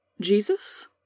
jesus